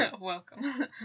Welcome